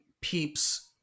peeps